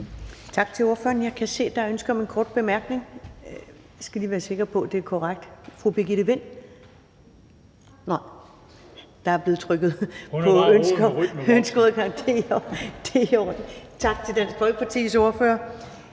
Tak til ordføreren. Jeg kan se, at der er ønske om en kort bemærkning, og jeg skal lige være sikker på, at det er korrekt. Fru Birgitte Vind? Nej, der er blevet trykket ved en fejl. (Bent Bøgsted (DF): Hun har bare